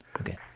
Okay